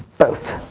both.